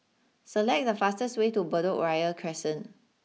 select the fastest way to Bedok Ria Crescent